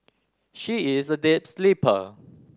she is a deep sleeper